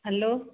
hello